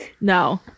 no